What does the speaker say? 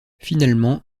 finalement